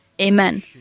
amen